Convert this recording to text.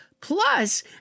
Plus